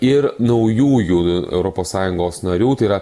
ir naujųjų europos sąjungos narių tai yra